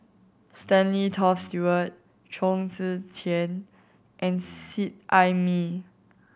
Stanley Toft Stewart Chong Tze Chien and Seet Ai Mee